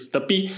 Tapi